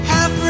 Half